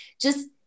just-